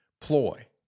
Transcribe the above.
ploy